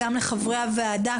גם לחברי הוועדה,